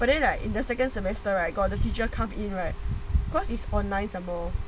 but then right in the second semester right got the teacher come in right because it's online